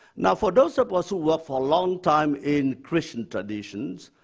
now, for those of us who were for a long time in christian traditions,